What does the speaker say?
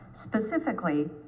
specifically